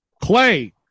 Clay